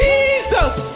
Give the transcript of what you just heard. Jesus